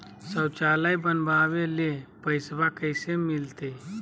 शौचालय बनावे ले पैसबा कैसे मिलते?